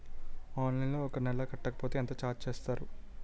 Loan ఒక నెల కట్టకపోతే ఎంత ఛార్జ్ చేస్తారు?